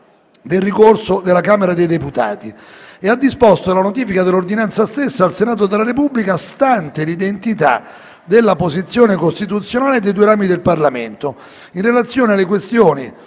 del ricorso della Camera dei deputati e ha disposto la notifica dell'ordinanza stessa al Senato della Repubblica «stante l'identità della posizione costituzionale dei due rami del Parlamento in relazione alle questioni